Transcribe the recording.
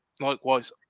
likewise